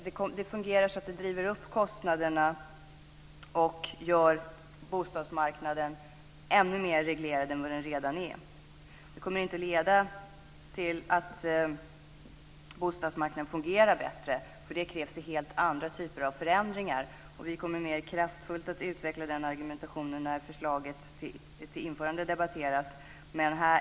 Det driver upp kostnaderna och gör bostadsmarknaden ännu mer reglerad än vad den redan är. Det kommer inte att leda till att bostadsmarknaden fungerar bättre. För detta krävs det helt andra typer av förändringar. Vi kommer att utveckla den argumentationen mer kraftfullt när ett införande ska debatteras.